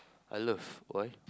I love why